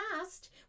past